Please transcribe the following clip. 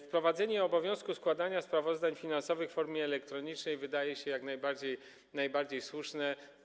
Wprowadzenie obowiązku składania sprawozdań finansowych w formie elektronicznej wydaje się jak najbardziej słuszne.